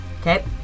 okay